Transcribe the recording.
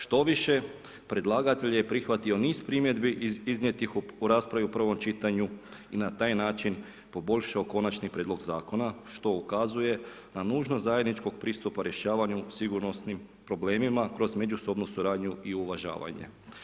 Štoviše, predlagatelj je prihvatio niz primjedbi iznijetih u raspravi u prvom čitanju i na taj način poboljšao konačni prijedlog zakona, što ukazuje na nužnost zajedničkog pristupu rješavanju sigurnosnim problemima, kroz međusobnu suradnju i uvažavanje.